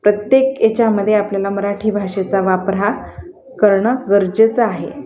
प्रत्येक याच्यामध्ये आपल्याला मराठी भाषेचा वापर हा करणं गरजेचं आहे